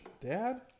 Dad